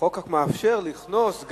החוק מאפשר לקנוס.